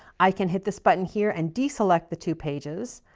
i can hit this button here and deselect the two pages.